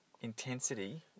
intensity